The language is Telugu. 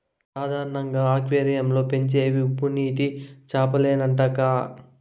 సాధారణంగా అక్వేరియం లో పెంచేవి ఉప్పునీటి చేపలేనంటక్కా